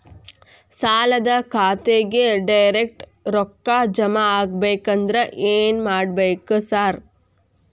ಸಾಲದ ಖಾತೆಗೆ ಡೈರೆಕ್ಟ್ ರೊಕ್ಕಾ ಜಮಾ ಆಗ್ಬೇಕಂದ್ರ ಏನ್ ಮಾಡ್ಬೇಕ್ ಸಾರ್?